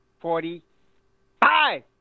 Forty-five